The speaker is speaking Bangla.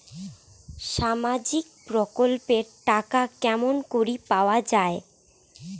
সামাজিক প্রকল্পের টাকা কেমন করি পাওয়া যায়?